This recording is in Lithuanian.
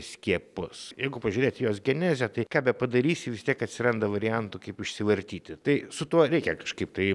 skiepus jeigu pažiūrėt į jos genezę tai ką bepadarysi vis tiek atsiranda variantų kaip išsivartyti tai su tuo reikia kažkaip tai